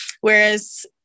Whereas